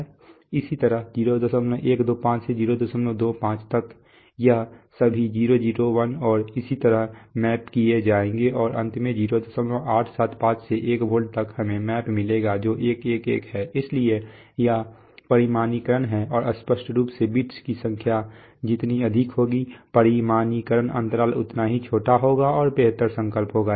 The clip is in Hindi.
इसी तरह 0125 से 025 तक ये सभी 001 और इसी तरह मैप किए जाएंगे और अंत में 0875 से एक वोल्ट तक हमें मैप मिलेगा जो 111 है इसलिए यह परिमाणीकरण है और स्पष्ट रूप से बिट्स की संख्या जितनी अधिक होगी परिमाणीकरण अंतराल उतना ही छोटा होगा और बेहतर संकल्प होगा